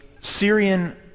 Syrian